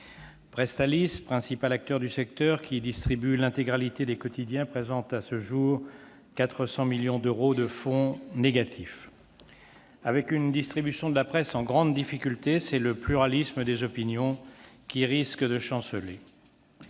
Presstalis, principal acteur du secteur, qui distribue l'intégralité des quotidiens, présente à ce jour 400 millions d'euros de fonds négatifs. Or, avec une distribution de la presse en grande difficulté, c'est le pluralisme des opinions qui risque de chanceler.